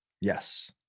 Yes